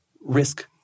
risk